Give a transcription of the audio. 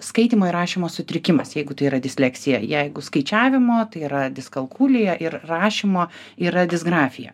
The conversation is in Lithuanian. skaitymo ir rašymo sutrikimas jeigu tai yra disleksija jeigu skaičiavimo tai yra diskalkulija ir rašymo yra disgrafija